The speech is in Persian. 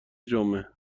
جمعه